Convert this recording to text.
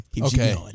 Okay